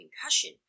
concussion